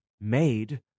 made